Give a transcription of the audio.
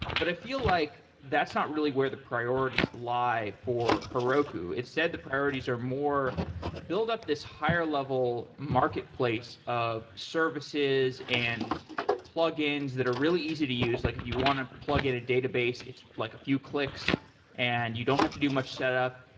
but i feel like that's not really where the priorities lie for heroku. it said the priorities are more build up this higher level marketplace of services and plugins that are really easy to use. like if you want to plug-in a database, it's like a few clicks and you don't have to do much setup.